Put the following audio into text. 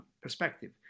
perspective